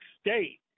State